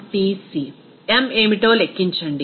m ఏమిటో లెక్కించండి